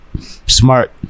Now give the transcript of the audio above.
smart